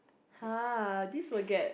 [huh] this will get